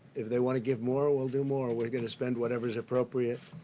if they want to give more, we'll do more. we're going to spend whatever's appropriate.